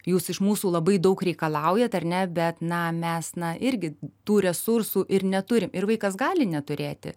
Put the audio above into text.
jūs iš mūsų labai daug reikalaujat ar ne bet na mes na irgi tų resursų ir neturim ir vaikas gali neturėti